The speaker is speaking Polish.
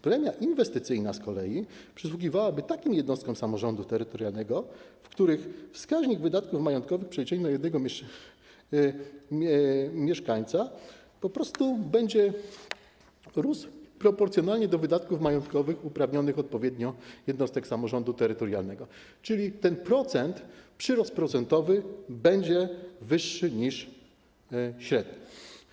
Premiera inwestycyjna z kolei przysługiwałaby takim jednostkom samorządu terytorialnego, w których wskaźnik wydatków majątkowych w przeliczeniu na jednego mieszkańca po prostu będzie rósł proporcjonalnie do wydatków majątkowych uprawnionych odpowiednio jednostek samorządu terytorialnego, czyli procent, przyrost procentowy będzie wyższy niż średnia.